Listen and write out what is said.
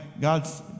God's